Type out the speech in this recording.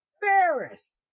Ferris